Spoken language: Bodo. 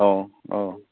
अ अ